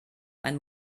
ein